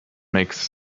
makes